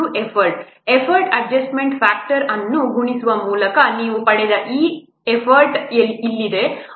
5exponent effort adjustment ಫ್ಯಾಕ್ಟರ್ಅನ್ನು ಗುಣಿಸುವ ಮೂಲಕ ನೀವು ಪಡೆದ ಈ ಎಫರ್ಟ್ ಇಲ್ಲಿದೆ